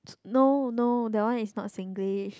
no no that one is not Singlish